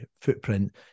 footprint